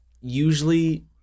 usually